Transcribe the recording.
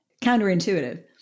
Counterintuitive